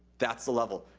that's the level.